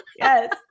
Yes